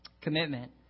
Commitment